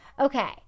Okay